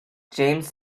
james